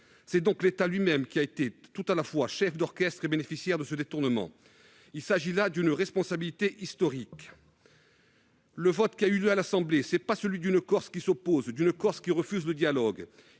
C'est donc l'État lui-même qui a été tout à la fois chef d'orchestre et bénéficiaire de ce détournement. Il s'agit là d'une responsabilité historique. Le vote qui a eu lieu à l'assemblée n'est pas celui d'une Corse qui s'oppose ou refuse le dialogue.